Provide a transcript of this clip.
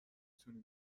تونی